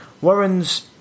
warren's